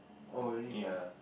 oh really